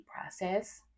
process